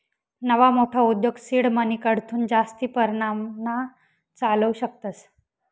नवा मोठा उद्योग सीड मनीकडथून जास्ती परमाणमा चालावू शकतस